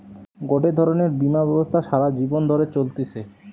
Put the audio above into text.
গটে ধরণের বীমা ব্যবস্থা সারা জীবন ধরে চলতিছে